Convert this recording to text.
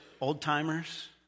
old-timers